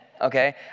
okay